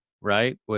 right